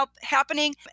happening